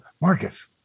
Marcus